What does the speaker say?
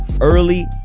early